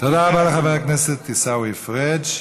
תודה רבה לחבר הכנסת עיסאווי פריג'.